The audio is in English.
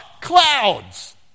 clouds